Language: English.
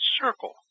circle